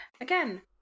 Again